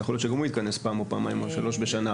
יכול להיות שגם הוא יתכנס פעם או פעמיים או שלוש בשנה.